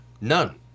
None